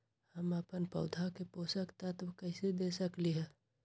हम अपन पौधा के पोषक तत्व कैसे दे सकली ह?